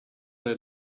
they